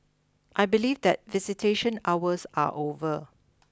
I believe that visitation hours are over